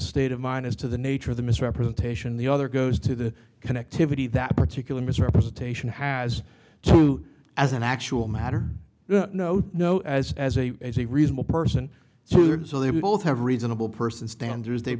state of mind as to the nature of the misrepresentation the other goes to the connectivity that particular misrepresentation has to as an actual matter no no as as a as a reasonable person to do so they both have reasonable person standards they